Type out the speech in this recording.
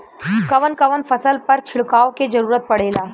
कवन कवन फसल पर छिड़काव के जरूरत पड़ेला?